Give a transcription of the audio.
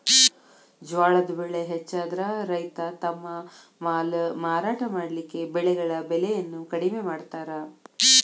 ಜ್ವಾಳದ್ ಬೆಳೆ ಹೆಚ್ಚಾದ್ರ ರೈತ ತಮ್ಮ ಮಾಲ್ ಮಾರಾಟ ಮಾಡಲಿಕ್ಕೆ ಬೆಳೆಗಳ ಬೆಲೆಯನ್ನು ಕಡಿಮೆ ಮಾಡತಾರ್